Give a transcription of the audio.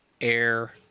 air